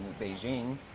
Beijing